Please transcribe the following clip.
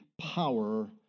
power